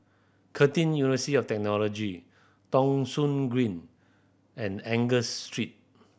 Curtin University of Technology Thong Soon Green and Angus Street